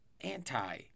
anti